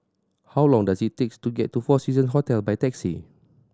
how long does it takes to get to Four Season Hotel by taxi